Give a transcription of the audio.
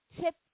tip